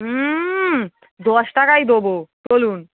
হু দশ টাকায় দবো চলুন